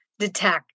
detect